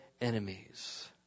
enemies